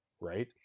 right